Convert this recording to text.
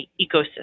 ecosystem